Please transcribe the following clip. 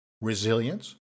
resilience